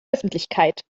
öffentlichkeit